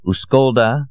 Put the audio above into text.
Uskolda